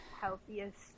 healthiest